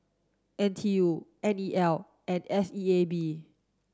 N T U N E L and S E A B